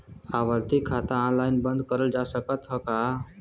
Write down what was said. आवर्ती खाता ऑनलाइन बन्द करल जा सकत ह का?